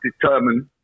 determine